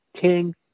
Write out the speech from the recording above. King